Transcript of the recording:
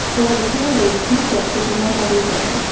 they have recently made two trips to feed my starving children.